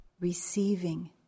receiving